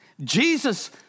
Jesus